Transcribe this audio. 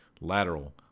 Lateral